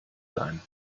sein